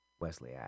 Wesley